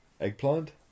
Eggplant